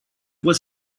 was